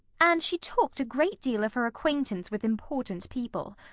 and she talked a great deal of her acquaintance with important people.